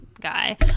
guy